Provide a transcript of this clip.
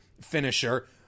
finisher